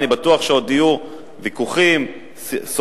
אני בטוח שעוד יהיו ויכוחים סוערים,